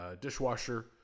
dishwasher